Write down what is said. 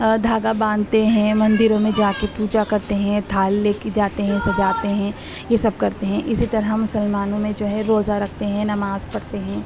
دھاگا باندھتے ہیں مندروں میں جا کے پوجا کرتے ہیں تھال لے کے جاتے ہیں سجاتے ہیں یہ سب کرتے ہیں اسی طرح مسلمانوں میں جو ہے روزہ رکھتے ہیں نماز پڑھتے ہیں